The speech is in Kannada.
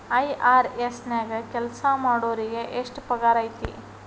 ಐ.ಆರ್.ಎಸ್ ನ್ಯಾಗ್ ಕೆಲ್ಸಾಮಾಡೊರಿಗೆ ಎಷ್ಟ್ ಪಗಾರ್ ಐತಿ?